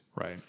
right